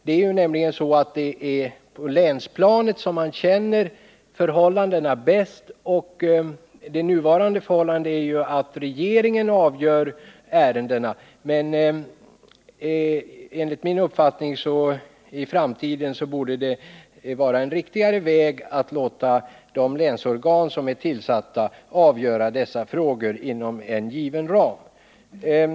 Det är ju på länsplanet som man känner förhållandena bäst. Den nuvarande ordningen är att regeringen avgör ärendena, men enligt min uppfattning borde det i framtiden vara en riktigare väg att låta de länsorgan som är tillsatta avgöra dessa frågor inom en given ram.